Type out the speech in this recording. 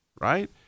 right